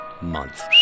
Month